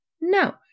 No